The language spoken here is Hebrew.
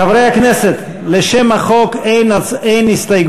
חברי הכנסת, לשם החוק אין הסתייגויות.